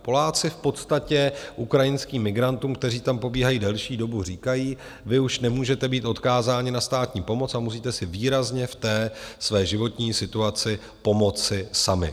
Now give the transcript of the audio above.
Poláci v podstatě ukrajinským migrantům, kteří tam pobývají delší dobu, říkají: Vy už nemůžete být odkázáni na státní pomoc a musíte si výrazně v té své životní situaci pomoci sami.